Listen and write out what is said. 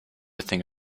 thing